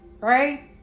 right